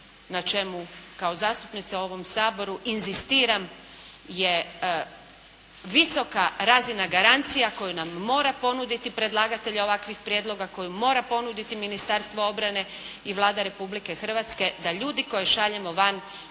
na čemu kao zastupnica u ovom Saboru inzistiram je visoka razina garancija koju nam mora ponuditi predlagatelj ovakvih prijedloga, koju mora ponuditi Ministarstvo obrane i Vlada Republike Hrvatske da ljudi koje šaljemo van